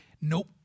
Nope